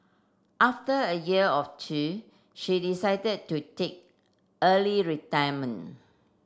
after a year or two she decided to take early retirement